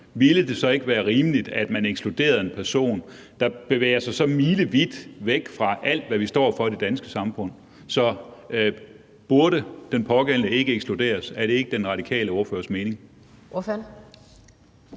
ville det så ikke være rimeligt, at man ekskluderede en person, der bevæger sig så milevidt væk fra alt, hvad vi står for i det danske samfund? Så burde den pågældende ikke ekskluderes? Er det ikke den radikale ordførers mening?